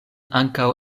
ankaŭ